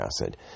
acid